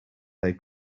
they